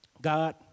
God